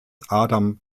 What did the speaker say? adam